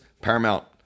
Paramount